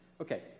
Okay